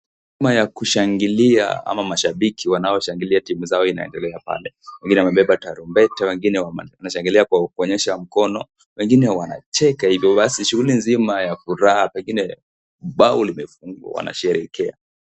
Umma ya kushangilia au mashabiki wanaoshangilia timu zao inaendelea pale. Wengine wamebeba tarumbeta, wengine wanashangilia kuonyesha mkono, wengine wanacheka. Hivyo basi shughuli nzima ya furaha pengine bao limefungwa wanasherehekea.